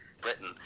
Britain